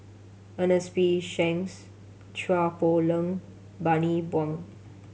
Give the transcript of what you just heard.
Ernest P Shanks Chua Poh Leng Bani Buang